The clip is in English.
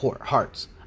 hearts